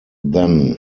then